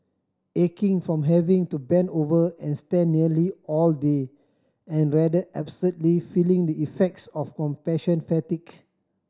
aching from having to bend over and stand nearly all day and rather absurdly feeling the effects of compassion fatigue